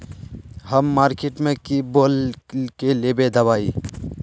हम मार्किट में की बोल के लेबे दवाई?